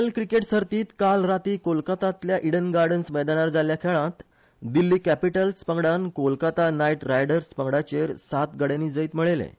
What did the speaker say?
L cricket सर्तीत काल रार्ती कोलकातांतल्या इडन गार्डन्स मैदनार जाल्ल्या खेळांत दिल्ली कॅपीटल्स पंगडान कोलकाता नायट रायडर्स पंगडाचेर सात गड्यानी जैत मेळयलें